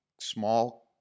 small